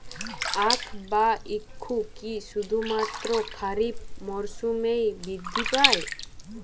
আখ বা ইক্ষু কি শুধুমাত্র খারিফ মরসুমেই বৃদ্ধি পায়?